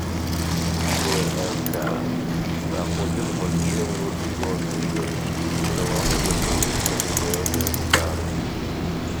cska tapo vienvaldžiu eurolygos lyderiu milano lietuviai pralaimėjo nervų karą